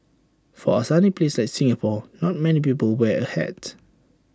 for A sunny place like Singapore not many people wear A hat